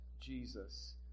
Jesus